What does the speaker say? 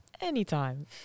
anytime